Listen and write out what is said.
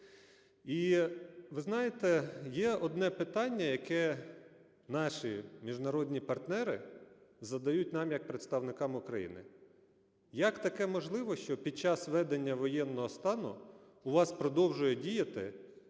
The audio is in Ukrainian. І, ви знаєте, є одне питання, яке наші міжнародні партнери задають нам як представникам України: як таке можливо, що під час введення воєнного стану у вас продовжує діяти